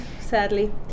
sadly